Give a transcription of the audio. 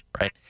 right